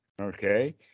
Okay